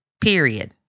period